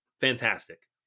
fantastic